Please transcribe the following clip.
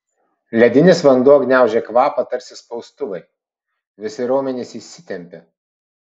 ledinis vanduo gniaužė kvapą tarsi spaustuvai visi raumenys įsitempė